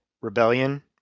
rebellion